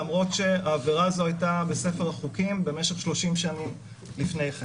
למרות שהעבירה הזאת הייתה בספר החוקים במשך 30 שנים לפני כן,